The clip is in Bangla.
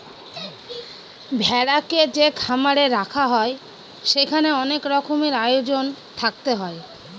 ভেড়াকে যে খামারে রাখা হয় সেখানে অনেক রকমের আয়োজন থাকতে হয়